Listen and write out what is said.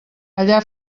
allà